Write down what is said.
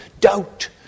doubt